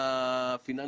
היועצים